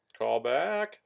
Callback